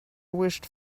wished